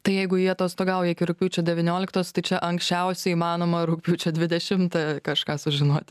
tai jeigu jie atostogauja iki rugpjūčio devynioliktos tai čia anksčiausiai įmanoma rugpjūčio dvidešimtą kažką sužinoti